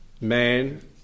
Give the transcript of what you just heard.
man